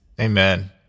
Amen